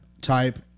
type